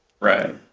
Right